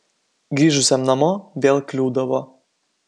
grįžusiam namo vėl kliūdavo